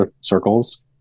circles